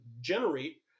generate